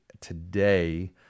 today